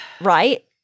right